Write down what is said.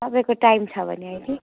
तपाईँको टाइम छ भने अहिले